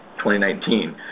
2019